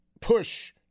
push